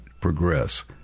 progress